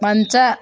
ಮಂಚ